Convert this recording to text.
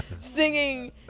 singing